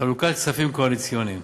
חלוקת כספים קואליציוניים.